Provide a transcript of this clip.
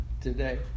today